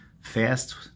fast